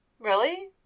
Really